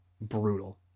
Brutal